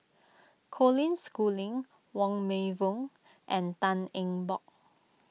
Colin Schooling Wong Meng Voon and Tan Eng Bock